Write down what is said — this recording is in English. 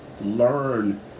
Learn